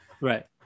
Right